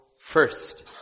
first